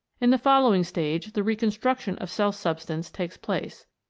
in the following stage the reconstruction of cell-substance takes place,